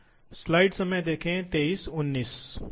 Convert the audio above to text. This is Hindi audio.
तो यह यह एक एक्स की तरह है मुझे खेद है